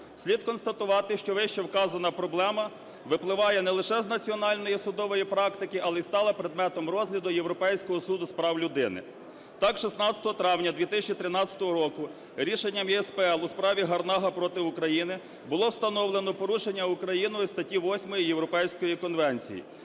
Слід констатувати, що вищевказана проблема випливає не лише з національної судової практики, але й стала предметом розгляду Європейського суду з прав людини. Так, 16 травня 2013 року рішенням ЄСПЛ у справі "Гарнага проти України" було встановлено порушення Україною статті 8 Європейської конвенції,